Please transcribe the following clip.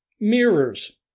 Mirrors